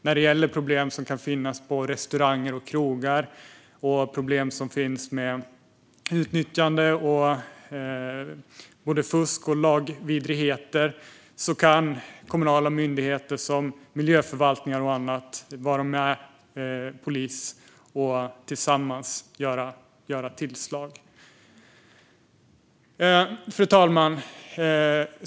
När det gäller problem på restauranger och krogar, problem med utnyttjande, fusk och lagvidrigheter, kan kommunala myndigheter som till exempel miljöförvaltningen vara med polisen och tillsammans göra tillslag. Fru talman!